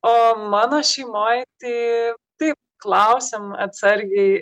o mano šeimoje tai taip klausiam atsargiai